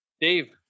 Dave